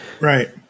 Right